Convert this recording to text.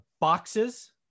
boxes